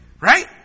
Right